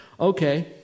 okay